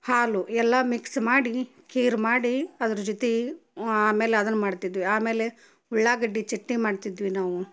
ಹಾಲು ಎಲ್ಲ ಮಿಕ್ಸ್ ಮಾಡಿ ಖೀರು ಮಾಡಿ ಅದರ ಜೊತೆ ಆಮೇಲೆ ಅದನ್ನು ಮಾಡ್ತಿದ್ವಿ ಆಮೇಲೆ ಉಳ್ಳಾಗಡ್ಡೆ ಚಟ್ನಿ ಮಾಡ್ತಿದ್ವಿ ನಾವು